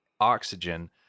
oxygen